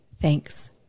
Thanks